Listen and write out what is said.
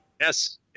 yes